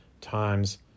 times